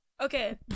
okay